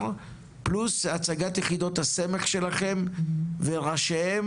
פלוס הצגת יחידות הסמך שלכם וראשיהם,